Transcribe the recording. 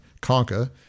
conquer